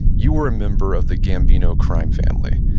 you were a member of the gambino crime family.